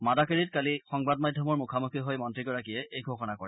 মাডাকেৰিত কালি সংবাদ মাধ্যমৰ মুখামুখি হৈ মন্ত্ৰীগৰাকীয়ে এই ঘোষণা কৰে